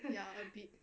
ya a bit